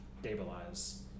stabilize